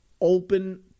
open